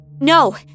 No